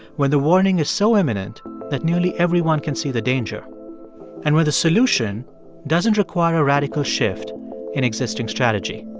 when the warning is so imminent that nearly everyone can see the danger and where the solution doesn't require a radical shift in existing strategy.